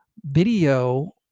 video